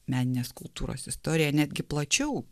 meninės kultūros istorija netgi plačiau